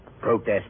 protest